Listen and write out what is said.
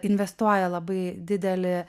investuoja labai didelį